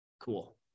Cool